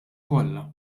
kollha